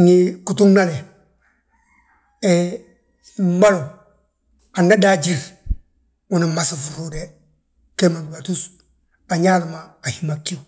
ngi gituugnale, he mbolo, anan daajir, unan masi frude gee ma gdúbatu a Ñaali ma a hí ma gíw.